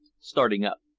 starting up.